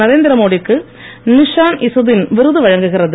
நரேந்திரமோடிக்கு நிஷான் இசுதீன் விருது வழங்குகிறது